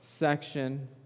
section